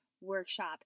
Workshop